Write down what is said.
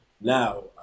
Now